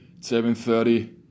7.30